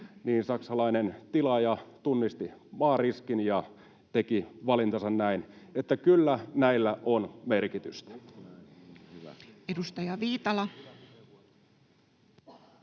näin? Saksalainen tilaaja tunnisti maariskin ja teki valintansa näin. Kyllä näillä on merkitystä. [Speech 268]